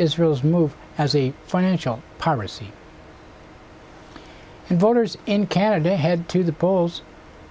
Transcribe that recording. israel's move as the financial policy and voters in canada head to the polls